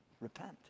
Repent